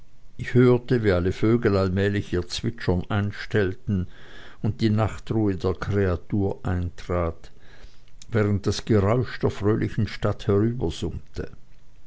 ich hörte wie alle vögel allmählich ihr zwitschern einstellten und die nachtruhe der kreatur eintrat während das geräusch der fröhlichen stadt